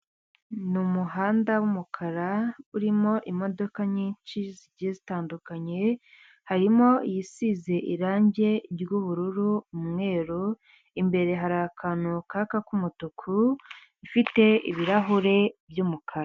Ni umuhanda w'umukara urimo imodoka nyinshi zitandukanye, harimo isize irangi ry'ubururu, umwe imbere hari akantu kaka k'umutuku ifite ibirahure by'umukara.